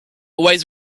always